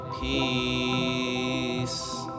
Peace